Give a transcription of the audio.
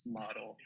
model